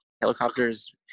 helicopters